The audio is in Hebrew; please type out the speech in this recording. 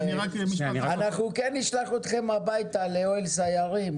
אנחנו כן נשלח אתכם הביתה לאוהל סיירים,